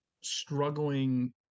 struggling